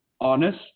honest